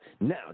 Now